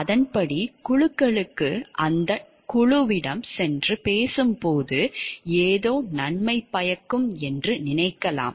அதன்படி குழுக்களுக்கு அந்த குழுவிடம் சென்று பேசும்போது ஏதோ நன்மை பயக்கும் என்று நினைக்கலாம்